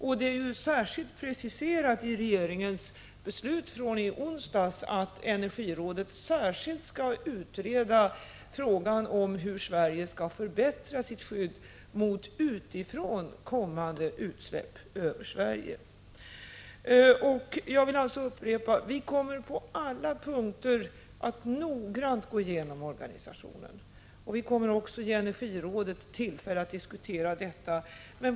I regeringens beslut från i onsdags finns det särskilt uttryckt att energirådet speciellt skall utreda frågan om hur Sverige skall förbättra sitt skydd mot utifrån kommande utsläpp över Sverige. Jag vill alltså upprepa att vi på alla punkter kommer att noggrant gå igenom organisationen. Vi kommer också att ge energirådet tillfälle att diskutera denna.